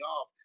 off